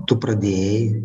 tu pradėjai